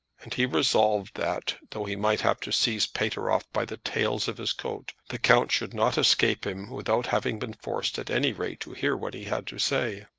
and he resolved that, though he might have to seize pateroff by the tails of his coat, the count should not escape him without having been forced at any rate to hear what he had to say.